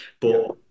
But-